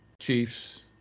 Chiefs